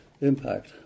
impact